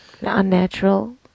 Unnatural